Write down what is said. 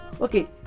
okay